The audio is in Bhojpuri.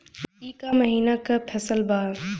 ई क महिना क फसल बा?